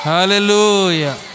Hallelujah